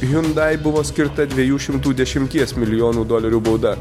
hiundai buvo skirta dviejų šimtų dešimties milijonų dolerių bauda